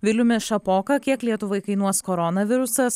viliumi šapoka kiek lietuvai kainuos koronavirusas